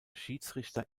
schiedsrichter